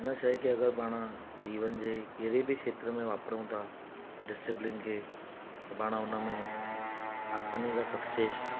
हिन शइ खे अगरि पाण जीवन जे कहिड़े बि खेत्र में वापरऊं था डिसीप्लिन खे त पाण हुनमें आसानी खां सक्सेस